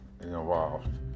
involved